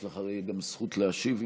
הרי יש לך גם זכות להשיב,